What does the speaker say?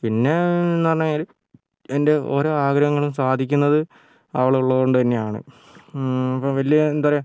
പിന്നെ എന്നു പറഞ്ഞു കഴിഞ്ഞാല് എൻ്റെ ഓരോ ആഗ്രഹങ്ങളും സാധിക്കുന്നത് അവളുള്ളതുകൊണ്ട് തന്നെയാണ് അപ്പോൾ വലിയ എന്താ പറയുക